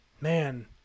man